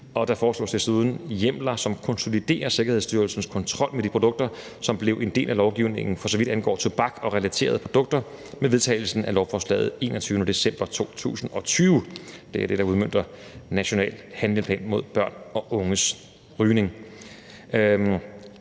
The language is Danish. Der foreslås desuden hjemler, som konsoliderer Sikkerhedsstyrelsens kontrol med de produkter, som blev en del af lovgivningen, for så vidt angår tobak og relaterede produkter, med vedtagelsen af lovforslaget den 21. december 2020 – det er det, der udmønter national handleplan mod børn og unges rygning.